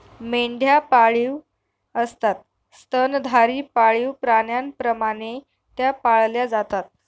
मेंढ्या पाळीव असतात स्तनधारी पाळीव प्राण्यांप्रमाणे त्या पाळल्या जातात